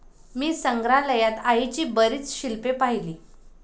मी संग्रहालयात आईची बरीच शिल्पे पाहिली